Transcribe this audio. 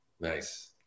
Nice